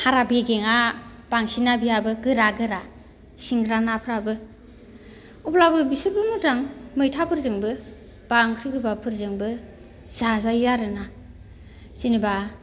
हारा बेगेंआ बांसिनना बेहाबो गोरा गोरा सिंग्रा नाफ्राबो अब्लाबो बिसोरबो मोजां मैथाफोरजोंबो एबा ओंख्रि गोबाब फोरजोंबो जाजायो आरोना जेनेबा